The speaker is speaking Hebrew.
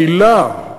המילה,